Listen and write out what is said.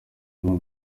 now